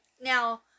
Now